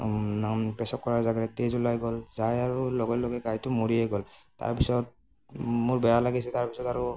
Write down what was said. পেছাব কৰা জেগাৰে তেজ ওলাই গ'ল যাই আৰু লগে লগে গাইটো মৰিয়ে গ'ল তাৰ পিছত মোৰ বেয়া লাগিছে তাৰ পিছত আৰু